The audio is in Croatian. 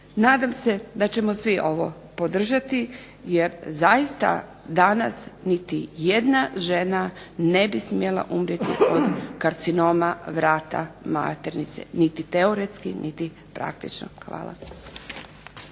Nadam se da ćemo svi ovo podržati, jer zaista danas niti jedna žena ne bi smjela umrijeti od karcinoma vrata maternice niti teoretski niti praktično. Hvala.